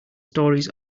stories